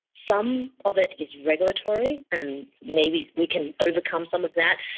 some of it is regulatory and um maybe we can overcome some of that,